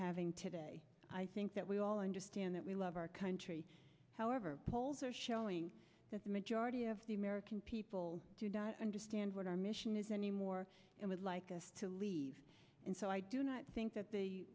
having today i think that we all understand that we love our country however doing that the majority of the american people do not understand what our mission is anymore and would like us to leave and so i do not think that the